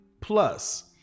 plus